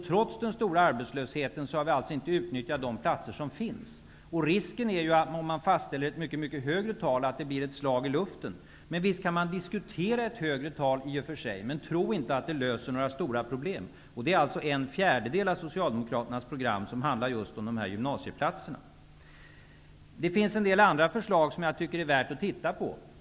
Trots den stora arbetslösheten har vi alltså inte utnyttjat alla de platser som finns. Om man fastställer ett mycket högre tal, är det risk för att det blir ett slag i luften. Visst kan man i och för sig diskutera ett högre tal, men tro inte att det löser några stora problem. Ändå handlar en fjärdedel av Socialdemokraternas program just om gymnasieplatserna. Det finns en del andra förslag som jag tycker att det är värt att titta på.